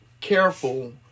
careful